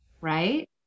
Right